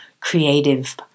creative